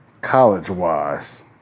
college-wise